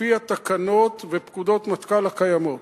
לפי התקנות ופקודות מטכ"ל הקיימות.